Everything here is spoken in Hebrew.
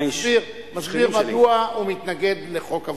מסביר מדוע הוא מתנגד לחוק הווד”לים.